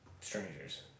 strangers